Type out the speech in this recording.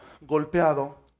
golpeado